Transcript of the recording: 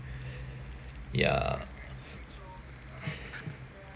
ya